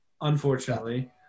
unfortunately